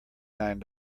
nine